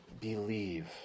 believe